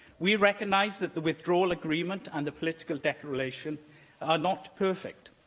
we recognise that the withdrawal agreement and the political declaration are not perfect.